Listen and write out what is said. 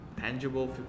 tangible